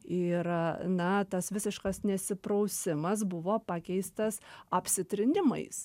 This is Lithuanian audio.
ir na tas visiškas nesiprausimas buvo pakeistas apsitrynimais